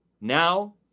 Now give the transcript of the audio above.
now